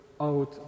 out